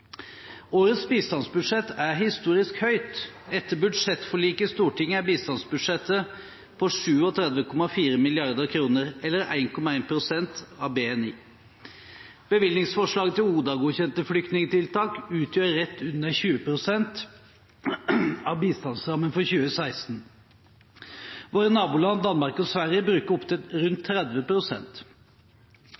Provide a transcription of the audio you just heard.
Årets bistandsbudsjett er historisk høyt. Etter budsjettforliket i Stortinget er bistandsbudsjettet på 37,4 mrd. kr, eller 1,1 pst. av BNI. Bevilgningsforslaget til ODA-godkjente flyktningtiltak utgjør rett under 20 pst. av bistandsrammen for 2016. Våre naboland Danmark og Sverige bruker opptil rundt